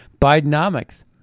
Bidenomics